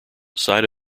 side